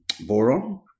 boron